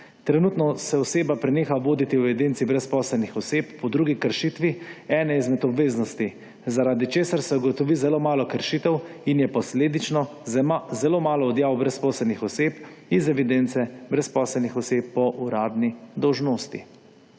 Trenutno se oseba preneha voditi v evidenci brezposelnih oseb po drugi kršitvi ene izmed obveznosti, zaradi česar se ugotovi zelo malo kršitev in je posledično zelo malo odjav brezposelnih oseb iz evidence brezposelnih oseb po uradni dolžnosti.